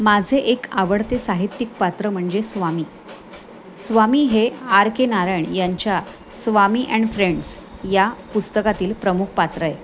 माझे एक आवडते साहित्यिक पात्र म्हणजे स्वामी स्वामी हे आर के नारायण यांच्या स्वामी अँड फ्रँड्स या पुस्तकातील प्रमुख पात्र आहे